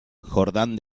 jordán